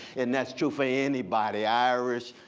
and that's true for anybody, irish,